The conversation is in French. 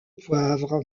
poivre